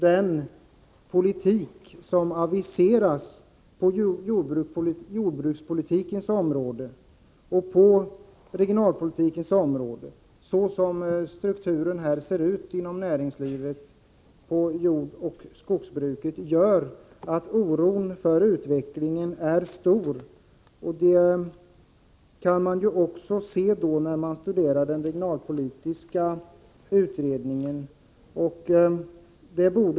Den politik som aviseras på jordbrukets och regionalpolitikens område gör att oron för utvecklingen blir stor med tanke på hur strukturen ser ut inom näringslivet och inom jordoch skogsbruket. Den oron kan man också få när man studerar den regionalpolitiska utredningen.